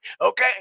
okay